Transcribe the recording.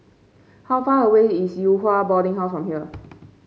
how far away is Yew Hua Boarding House from here